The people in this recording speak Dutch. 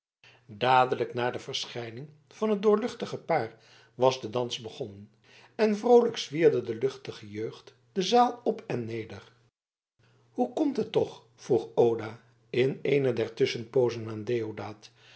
dadelijk na de verschijning van het doorluchtige paar was de dans begonnen en vroolijk zwierde de luchtige jeugd de zaal op en neder hoe komt het toch vroeg oda in eene der tusschenpoozen aan deodaat